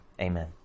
Amen